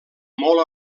molt